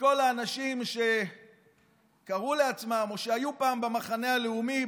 מכל האנשים שקראו לעצמם או היו פעם במחנה הלאומי,